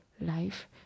life